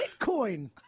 Bitcoin